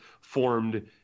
formed